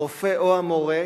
הרופא או המורה,